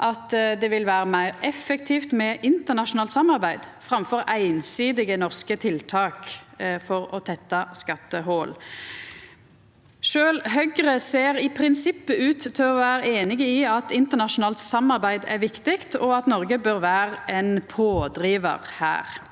at det vil vera meir effektivt med internasjonalt samarbeid framfor einsidige norske tiltak for å tetta skattehòl. Sjølv Høgre ser i prinsippet ut til å vera einig i at internasjonalt samarbeid er viktig, og at Noreg bør vera ein pådrivar her.